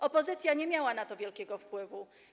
Opozycja nie miała na to wielkiego wpływu.